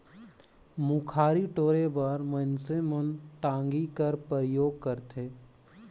मुखारी टोरे बर मइनसे मन टागी कर परियोग करथे